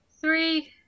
Three